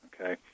okay